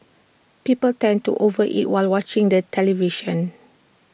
people tend to over eat while watching the television